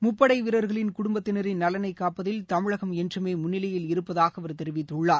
முப்படை வீரர்களின் குடும்பத்தினரின் நலனை காப்பதில் தமிழகம் என்றுமே முன்னிலையில் இருப்பதாக அவர் தெரிவித்துள்ளார்